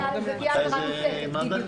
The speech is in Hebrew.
זו תהיה עבירה נוספת, בדיוק.